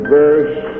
verse